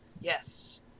Yes